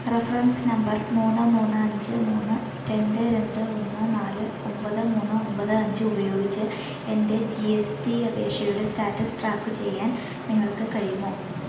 reference number മൂന്ന് മൂന്ന് അഞ്ച് മൂന്ന് രണ്ട് രണ്ട് ഒന്ന് നാല് ഒമ്പത് മൂന്ന് ഒമ്പത് അഞ്ച് ഉപയോഗിച്ച് എന്റെ ജി എസ് ടി അപേക്ഷയുടെ സ്റ്റാറ്റസ് ട്രാക്ക് ചെയ്യാൻ നിങ്ങൾക്കു കഴിയുമോ